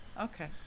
Okay